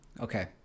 okay